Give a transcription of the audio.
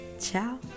ciao